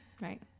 right